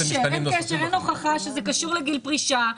אין הוכחה שזה קשור לגיל פרישה.